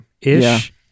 ish